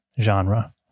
genre